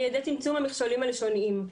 על ידי צמצום המכשולים הלשוניים.